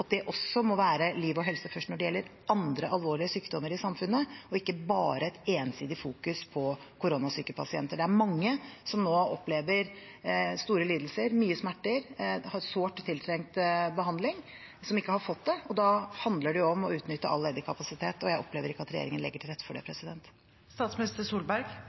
at liv og helse må komme først også når det gjelder andre alvorlige sykdommer i samfunnet, og at man ikke bare ensidig fokuserer på koronasyke pasienter. Det er mange som nå opplever store lidelser og mye smerte, mange som ikke har fått sårt tiltrengt behandling. Da handler det om å utnytte all ledig kapasitet, og jeg opplever ikke at regjeringen legger til rette for det.